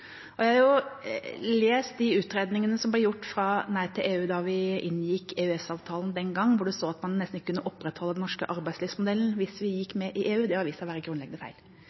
Jeg har lest de utredningene som ble gjort fra Nei til EU da vi inngikk EØS-avtalen den gang, hvor det står at man nesten ikke kunne opprettholde den norske arbeidslivsmodellen hvis vi gikk med i EU. Det har vist seg å være grunnleggende feil.